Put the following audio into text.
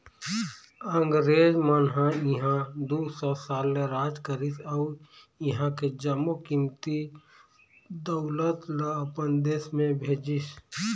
अंगरेज मन ह इहां दू सौ साल ले राज करिस अउ इहां के जम्मो कीमती दउलत ल अपन देश म भेजिस